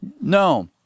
no